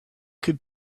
could